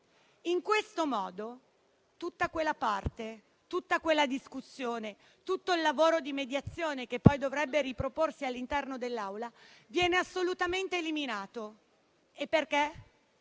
In questo modo tutta quella parte, tutta quella discussione e tutto il lavoro di mediazione che poi dovrebbero riproporsi in Assemblea vengono assolutamente eliminati perché